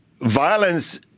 violence